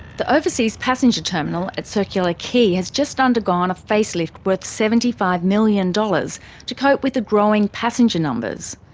the overseas passenger terminal at circular quay has just undergone a facelift worth seventy five million dollars to cope with the growing passenger numbers.